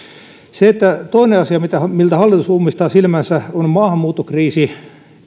toinen asia miltä hallitus ummistaa silmänsä on maahanmuuttokriisi